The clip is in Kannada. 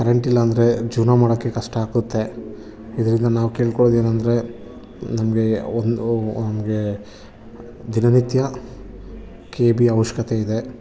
ಕರೆಂಟ್ ಇಲ್ಲಾಂದರೆ ಜೀವನ ಮಾಡೋಕ್ಕೆ ಕಷ್ಟ ಆಗುತ್ತೆ ಇದರಿಂದ ನಾವು ಕೇಳ್ಕೊಳೋದೇನಂದ್ರೆ ನಮಗೆ ಒಂದು ನಮಗೆ ದಿನನಿತ್ಯ ಕೆ ಬಿ ಅವಶ್ಯಕತೆಯಿದೆ